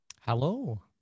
Hello